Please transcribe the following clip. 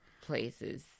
places